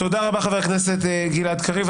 תודה רבה, חבר הכנסת גלעד קריב.